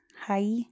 hi